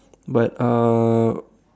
but uh